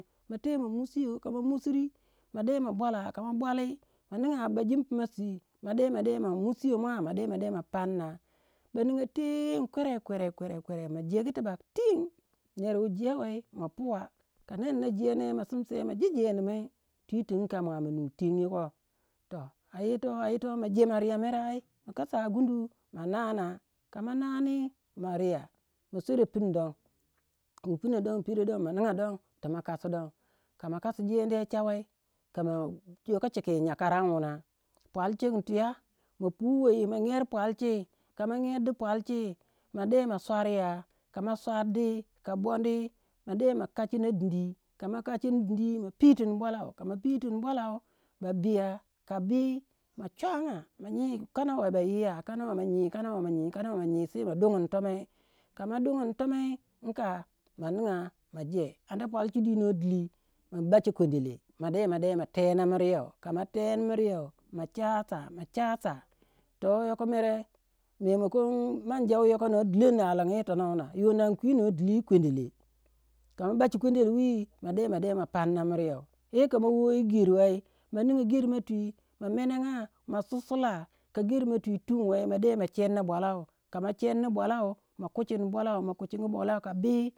Ma te ma musiyo ka ma musuri ma de ma bwala ka ma bwali ma ninga bajimpi ma si ma musiyo mua ma de ma panna baninga teng kwerek kwerek kwerek ma jegu tibak teng. Ner wu jewei ma puwo ka ner na je ne ma simsei ma je jendi mai, twi tu in ka mua manui tengu koh toh a yito a yito ma je ma riya mere ai ma kasa gundu ma naanaa ka ma naani ma riya, ma swera pun don pero don maninga don tu ma kasi don ka ma kasi jeniya cha wei ka- mo yo ko chiko yi nyakaran wuna pwalchin tuya ma puwei ma nyer pwalchi ka ma nyer di pwalchi ma de ma swarya ka ma swardi ka bondi ma de ma kachina dindi ka ma kachin dindi ma pitin bwalau ka ma pitin bwalau ba biyah ka bii ma chuanga ma nyi kanawe ba yiya kanowe ma nyi kanawe ma nyi, kanawe ma nyi, sei ma dugun tomai ka ma dugun tomai in ka ma ninga ma je ana pwalchi dwi noh dili ma bacha kwendele ma de ma tena miriyoh ka ma teni miriyoh ma chasa ma chasa toh yoko mere memakon manja wu yoko noh dilon aligyi yi tonoh wuna yoh, nankwi noh dili yi kwendele kama bachi kwendele wi ma de ma de ma panna miryoh ye ka ma woh yi geri wei ma ninga geri ma twi ma menanga ma sssula. Ka geri ma twi tum wei ma de ma chenna bwalau ka ma chenni bwalau ma kuchin bwalau, ma kuchingu bwalau ka bii.